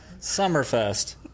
SummerFest